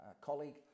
colleague